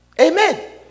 Amen